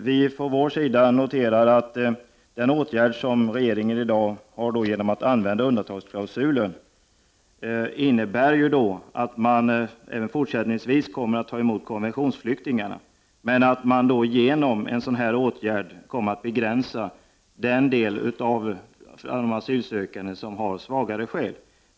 Vi noterar att den åtgärd som regeringen vidtar i dag, genom att använda undantagsklausulen, innebär att man även fortsättningsvis kommer att ta emot konventionsflyktingar men att man begränsar mottagandet av asylsökande som har svagare skäl.